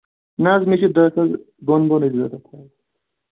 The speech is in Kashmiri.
نہ حظ مےٚ چھُ دہ ساس پۄن بۄنٕے ضوٚرَتھ حظ